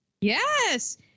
Yes